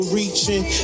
reaching